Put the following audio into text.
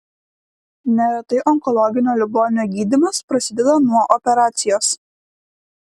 neretai onkologinio ligonio gydymas prasideda nuo operacijos